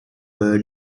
bird